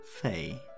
Faye